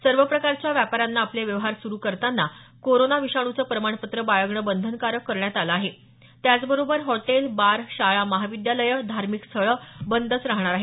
सर्व प्रकारच्या व्यापाऱ्यांना आपले व्यवहार सुरू करताना कोरोना विषाणूचं प्रमाणपत्र बाळगणं बंधनकारक करण्यात आलं आहे त्याचबरोबर हॉटेल बार शाळा महाविद्यालय धार्मिक स्थळं बंदच राहणार आहेत